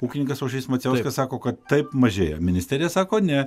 ūkininkas aušrys macijauskas sako kad taip mažėja ministerija sako ne